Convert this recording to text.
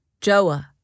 Joah